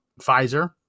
Pfizer